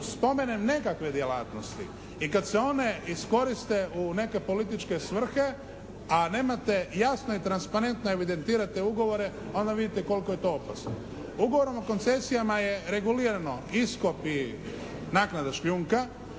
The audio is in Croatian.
spomenem nekakve djelatnosti i kad se one iskoriste u neke političke svrhe a nemate, jasno i transparentno evidentirate ugovora onda vidite koliko je to opasno. Ugovorom o koncesijama je regulirano iskopi, naknada šljunka